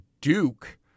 Duke